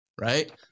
Right